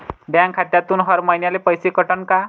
Bank खात्यातून हर महिन्याले पैसे कटन का?